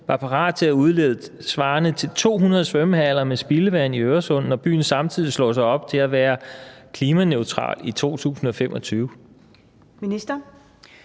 var parat til at udlede spildevand svarende til 200 svømmehaller i Øresund, når byen samtidig slår sig op på at ville være klimaneutral i 2025. Kl.